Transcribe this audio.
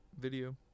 Video